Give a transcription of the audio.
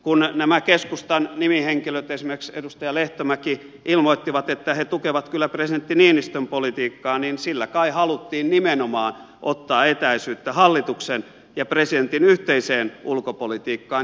kun nämä keskustan nimihenkilöt esimerkiksi edustaja lehtomäki ilmoittivat että he tukevat kyllä presidentti niinistön politiikkaa niin sillä kai haluttiin nimenomaan ottaa etäisyyttä hallituksen ja presidentin yhteiseen ulkopolitiikkaan